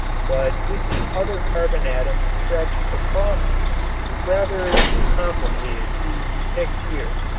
but with the other carbon atoms stretched across it rather too complicated to depict here.